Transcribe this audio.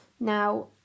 Now